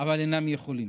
אבל אינם יכולים.